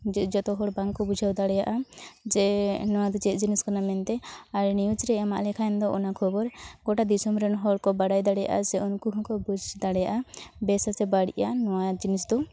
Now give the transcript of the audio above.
ᱡᱚᱛᱚ ᱦᱚᱲ ᱵᱟᱝᱠᱚ ᱵᱩᱡᱷᱟᱹᱣ ᱫᱟᱲᱮᱭᱟᱜᱼᱟ ᱡᱮ ᱱᱚᱣᱟᱫᱚ ᱪᱮᱫ ᱡᱤᱱᱤᱥ ᱠᱟᱱᱟ ᱢᱮᱱᱛᱮ ᱟᱨ ᱱᱤᱣᱩᱡᱽ ᱨᱮ ᱮᱢᱟᱜ ᱞᱮᱠᱷᱟᱱ ᱚᱱᱟ ᱠᱷᱚᱵᱚᱨ ᱜᱚᱴᱟ ᱫᱤᱥᱚᱢᱨᱮᱱ ᱦᱚᱲᱠᱚ ᱵᱟᱲᱟᱭ ᱫᱟᱲᱮᱭᱟᱜᱼᱟ ᱪᱮ ᱩᱱᱠᱚ ᱦᱚᱸᱠᱚ ᱵᱩᱡᱷ ᱫᱟᱲᱮᱭᱟᱜᱼᱟ ᱵᱮᱥ ᱥᱮ ᱵᱟᱹᱲᱤᱡᱼᱟ ᱱᱚᱣᱟ ᱡᱤᱱᱤᱥ ᱫᱚ